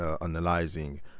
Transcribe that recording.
analyzing